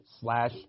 slash